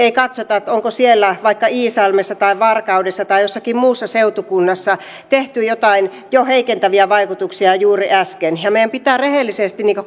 ei katsota onko siellä vaikka iisalmessa tai varkaudessa tai jossakin muussa seutukunnassa tehty jo joitain heikentäviä muutoksia juuri äsken meidän pitää rehellisesti